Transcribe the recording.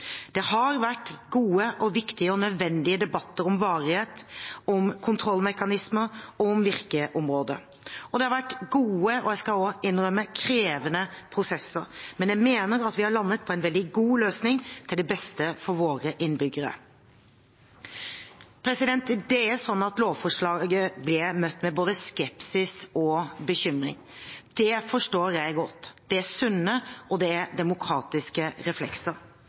Det har vært gode, viktige og nødvendige debatter om varighet, om kontrollmekanismer og om virkeområde. Det har vært gode og – jeg skal innrømme det – krevende prosesser, men jeg mener at vi har landet på en veldig god løsning, til det beste for våre innbyggere. Lovforslaget ble møtt med både skepsis og bekymring. Det forstår jeg godt. Det er sunne og demokratiske reflekser.